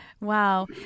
wow